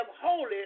holy